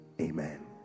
amen